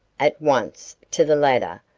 at once to the ladder,